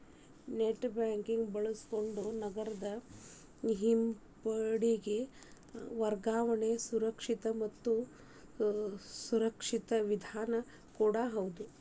net banking ಬಳಸಕೊಂಡ ನಗದ ಹಿಂಪಡೆದ ವರ್ಗಾವಣೆ ಸುರಕ್ಷಿತ ಮತ್ತ ಸುರಕ್ಷಿತ ವಿಧಾನ ಕೂಡ ಹೌದ್